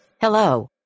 Hello